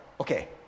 Okay